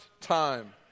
time